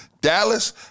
Dallas